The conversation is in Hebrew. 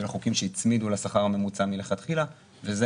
של החוקים שהצמידו לשכר הממוצע מלכתחילה וזה